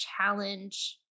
Challenge